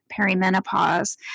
perimenopause